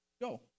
go